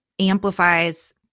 amplifies